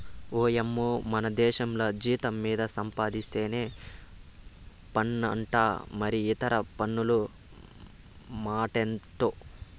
ఓయమ్మో మనదేశంల జీతం మీద సంపాధిస్తేనే పన్నంట మరి ఇతర పన్నుల మాటెంటో